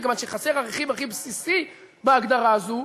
מכיוון שחסר הרכיב הכי בסיסי בהגדרה הזאת,